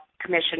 commission